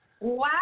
Wow